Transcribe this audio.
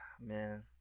man